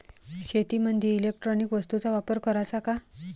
शेतीमंदी इलेक्ट्रॉनिक वस्तूचा वापर कराचा का?